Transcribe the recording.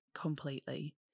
completely